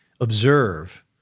observe